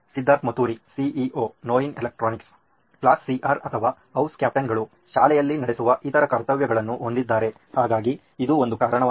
Siddharth Maturi CEO ನೋಯಿನ್ electronics class CR ಅಥವಾ house captain ಗಳು ಶಾಲೆಯಲ್ಲಿ ನಡೆಸುವ ಇತರ ಕರ್ತವ್ಯಗಳನ್ನು ಹೊಂದಿದ್ದಾರೆ ಹಾಗಾಗಿ ಇದು ಒಂದು ಕಾರಣವಾಗಬಹುದು